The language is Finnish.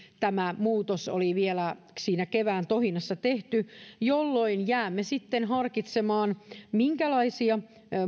tämä muutos oli vielä siinä kevään tohinassa tehty jolloin jäämme sitten harkitsemaan minkälaisia